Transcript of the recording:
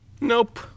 nope